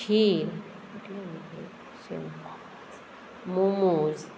खीर momos